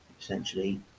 essentially